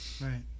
Right